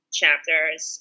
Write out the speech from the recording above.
chapters